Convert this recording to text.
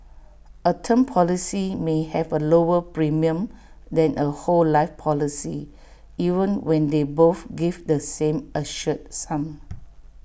A term policy may have A lower premium than A whole life policy even when they both give the same assured sum